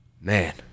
Man